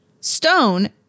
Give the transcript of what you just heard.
stone